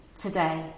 today